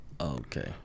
Okay